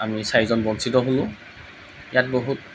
আমি চাৰিজন বঞ্চিত হ'লোঁ ইয়াত বহুত